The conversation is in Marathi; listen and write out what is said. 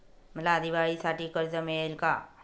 मला दिवाळीसाठी कर्ज मिळेल का?